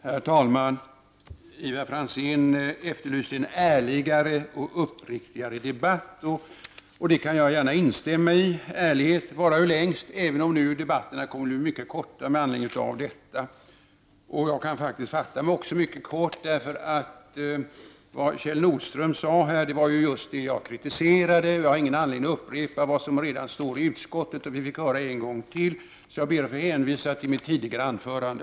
Herr talman! Ivar Franzén efterlyste en ärligare och uppriktigare debatt. Jag kan instämma i denna önskan. Ärlighet varar ju längst, även om debatterna blir mycket kortare om de är helt ärliga. Jag kan fatta mig mycket kort. Vad Kjell Nordström nyss sade var just det jag kritiserade i mitt inlägg. Jag har ingen anledning att upprepa vad som redan står i utskottsbetänkandet och som vi här har fått höra en gång till. Jag ber därför att få hänvisa till mitt tidigare anförande.